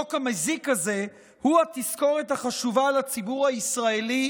החוק המזיק הזה הוא התזכורת החשובה לציבור הישראלי,